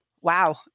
wow